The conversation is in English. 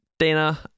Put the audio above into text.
Dana